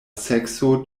sekso